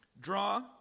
draw